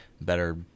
better